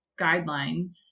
guidelines